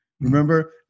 Remember